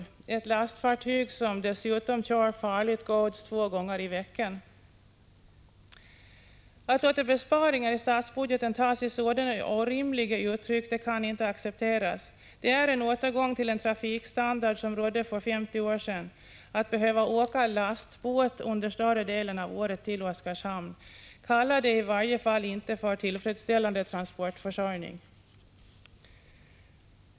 Detta lastfartyg kör dessutom farligt gods två gånger i veckan. Att man låter besparingar i statsbudgeten ta sig sådana orimliga uttryck kan inte accepteras. Att behöva åka lastbåt under större delen av året till Oskarshamn är en återgång till den trafikstandard som rådde för 50 år sedan. Kalla det i varje fall inte för tillfredsställande transportförsörjning!